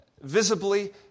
visibly